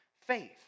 faith